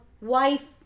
wife